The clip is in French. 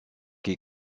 qui